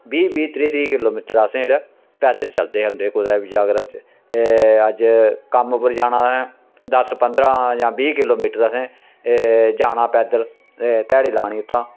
बीह् बीह् त्रीह् त्रीह् किलो मीटर असें जेह्ड़ा पैदल चलदे होंदे हे कुतै बी अगर अज्ज कम्म उप्पर जाना असें दस पंदरा जां बीह् किलो मीटर असें जाना पैदल ध्याड़ी ते लानी उत्थैं